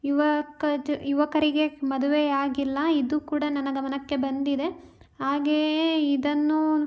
ಯುವಕ ಜ ಯುವಕರಿಗೆ ಮದುವೆಯಾಗಿಲ್ಲ ಇದೂ ಕೂಡ ನನ್ನ ಗಮನಕ್ಕೆ ಬಂದಿದೆ ಹಾಗೆಯೇ ಇದನ್ನು